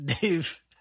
Dave